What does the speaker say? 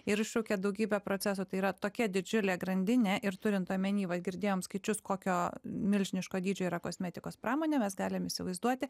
ir iššaukia daugybę procesų tai yra tokia didžiulė grandinė ir turint omeny vat girdėjom skaičius kokio milžiniško dydžio yra kosmetikos pramonė mes galim įsivaizduoti